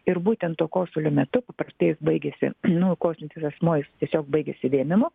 ir būtent to kosulio metu paprastai jis baigiasi nu kosintis asmuo jis tiesiog baigiasi vėmimu